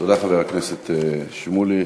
תודה, חבר הכנסת שמולי.